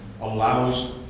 allows